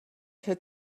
had